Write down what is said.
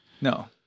No